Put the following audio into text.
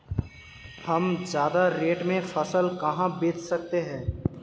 हम ज्यादा रेट में फसल कहाँ बेच सकते हैं?